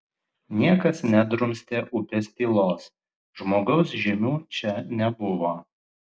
niekas nedrumstė upės tylos žmogaus žymių čia nebuvo